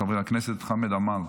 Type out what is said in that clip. חבר הכנסת חמד עמאר,